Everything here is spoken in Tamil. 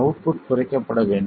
அவுட்புட் குறைக்கப்பட வேண்டும்